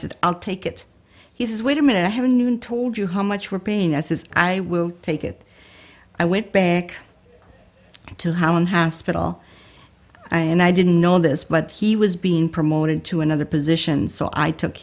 said i'll take it he says wait a minute i haven't even told you how much we're paying as is i will take it i went back to how and how spittle and i didn't know this but he was being promoted to another position so i took